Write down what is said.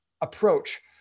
approach